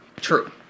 True